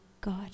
God